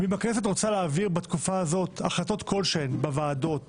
מי בכנסת רוצה להעביר בתקופה הזאת החלטות כלשהן בוועדות,